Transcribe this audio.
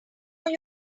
more